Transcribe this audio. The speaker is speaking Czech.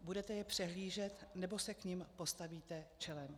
Budete je přehlížet, nebo se k nim postavíte čelem?